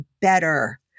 better